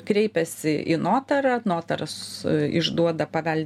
kreipiasi į notarą notaras išduoda pavel